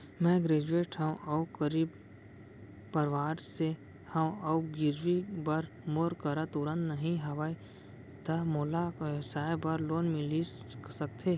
मैं ग्रेजुएट हव अऊ गरीब परवार से हव अऊ गिरवी बर मोर करा तुरंत नहीं हवय त मोला व्यवसाय बर लोन मिलिस सकथे?